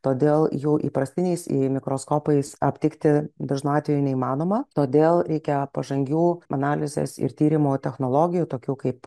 todėl jau įprastiniais į mikroskopais aptikti dažnu atveju neįmanoma todėl reikia pažangių analizės ir tyrimo technologijų tokių kaip